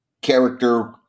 character